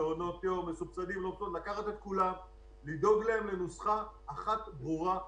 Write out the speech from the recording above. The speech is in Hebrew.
המעונות האלה, לדאוג לנוסחה אחת ברורה לכולם.